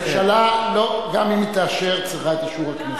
הממשלה, גם אם היא תאשר, צריכה את אישור הכנסת.